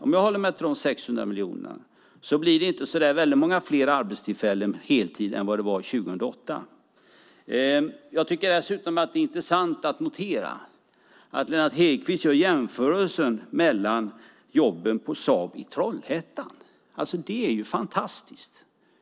Om jag håller mig till de 600 miljonerna blir det inte så där väldigt många fler arbetstillfällen på heltid än det var 2008. Jag tycker dessutom att det är intressant att notera att Lennart Hedquist gör jämförelsen med jobben på Saab i Trollhättan. Det är ju fantastiskt.